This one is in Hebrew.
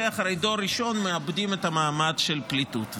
אחרי דור ראשון מאבדים את המעמד של פליטות.